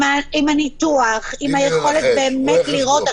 עם הניתוח, עם היכולת באמת לראות.